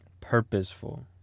Purposeful